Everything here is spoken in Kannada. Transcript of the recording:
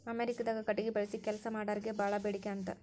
ಅಮೇರಿಕಾದಾಗ ಕಟಗಿ ಬಳಸಿ ಕೆಲಸಾ ಮಾಡಾರಿಗೆ ಬಾಳ ಬೇಡಿಕೆ ಅಂತ